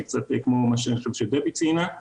קצת כמו מה שדבי ציינה.